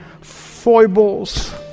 foibles